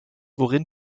worin